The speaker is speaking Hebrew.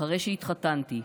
אחרי שהתחתנתי,